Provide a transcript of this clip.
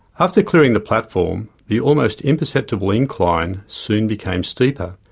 after clearing the platform, the almost imperceptible incline soon became steeper,